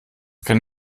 kann